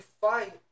fight